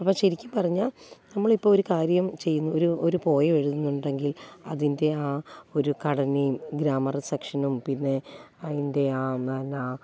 അപ്പോൾ ശരിക്കും പറഞ്ഞാൽ നമ്മളിപ്പോൾ ഒരു കാര്യം ചെയ്യുന്നു ഒരു ഒരു പോയം എഴുതുന്നുണ്ടെങ്കിൽ അതിൻ്റെ ആ ഒരു ഘടനയും ഗ്രാമർ സെക്ഷനും പിന്നെ അതിൻ്റെ ആ